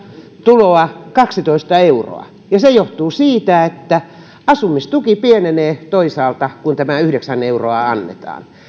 tuloa kaksitoista euroa ja se johtuu siitä että asumistuki pienenee toisaalta kun tämä yhdeksän euroa annetaan